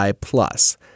plus